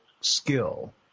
skill